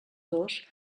dos